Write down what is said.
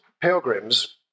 pilgrims